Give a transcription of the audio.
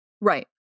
Right